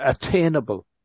attainable